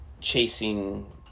chasing